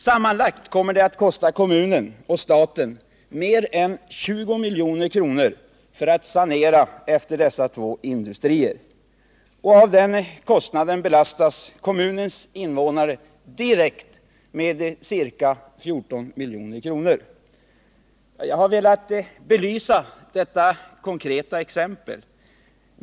Sammanlagt kommer det att kosta kommunen och staten mer än 20 milj.kr. att sanera efter dessa två industrier. Av den kostnaden belastas kommunens invånare direkt med ca 14 milj.kr. Jag har velat belysa problemet med detta konkreta exempel.